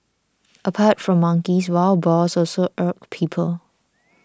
apart from monkeys wild boars also irk people